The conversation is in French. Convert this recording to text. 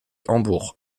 hambourg